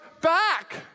back